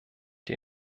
die